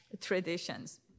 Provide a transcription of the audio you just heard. traditions